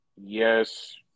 yes